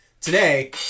Today